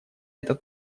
этот